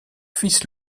fils